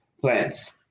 plants